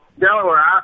Delaware